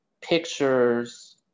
pictures